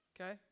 okay